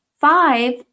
five